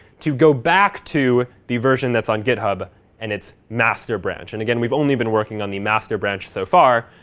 to go back to the version that's on github and its master branch. and again, we've only been working on the master branch so far,